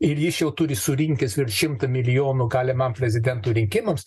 ir jis jau turi surinkęs virš šimtą milijonų galimam prezidento rinkimams